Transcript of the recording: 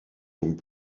donc